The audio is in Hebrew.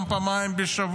גם פעמיים בשבוע.